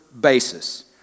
basis